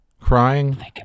Crying